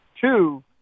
Two